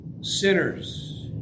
sinners